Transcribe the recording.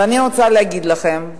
ואני רוצה להגיד לכם,